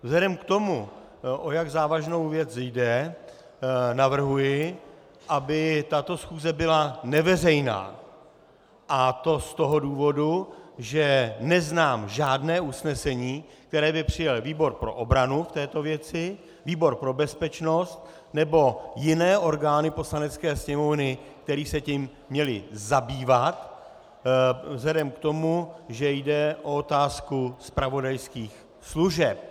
Vzhledem k tomu, o jak závažnou věc jde, navrhuji, aby tato schůze byla neveřejná, a to z toho důvodu, že neznám žádné usnesení, které by přijal výbor pro obranu k této věci, výbor pro bezpečnost nebo jiné orgány Poslanecké sněmovny, které se tím měly zabývat, vzhledem k tomu, že jde o otázku zpravodajských služeb.